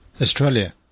Australia